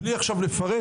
בלי לפרט,